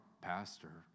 pastor